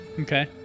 Okay